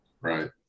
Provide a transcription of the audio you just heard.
Right